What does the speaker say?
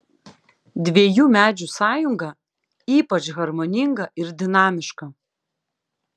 dviejų medžių sąjunga ypač harmoninga ir dinamiška